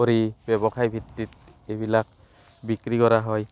কৰি ব্যৱসায় ভিত্তিত এইবিলাক বিক্ৰী কৰা হয়